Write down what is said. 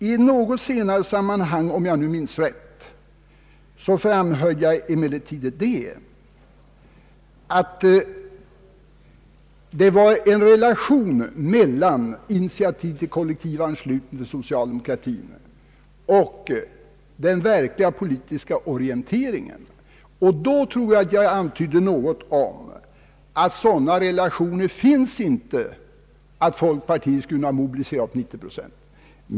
I ett senare sammanhang — om jag nu minns rätt — framhöll jag emellertid, att det fanns en relation mellan initiativ till kollektivanslutning till socialdemokratin och den verkliga politiska orienteringen. Då tror jag att jag antydde något om att sådana relationer inte fanns att folkpartiet skulle kunna mobilisera upp 90 procent av en fackförenings medlemmar.